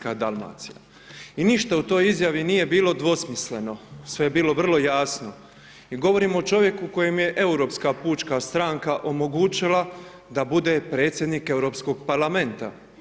Dalmacija“ i ništa u toj izjavi nije bilo dvosmisleno, sve je bilo vrlo jasno jer govorimo o čovjeku kojem je Europska pučka stranka omogućila da bude predsjednik Europskog parlamenta.